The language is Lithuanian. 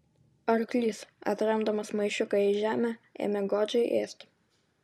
arklys atremdamas maišiuką į žemę ėmė godžiai ėsti